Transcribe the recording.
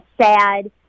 sad